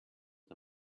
the